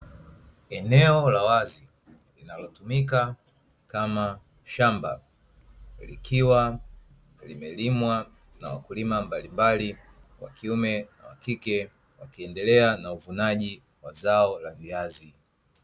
Eneo la wazi linalotumika kama shamba, likiwa limelimwa na wakulima mbalimbali wa kiume na wakike wakiendelea na uvunaji wa zao la viazi.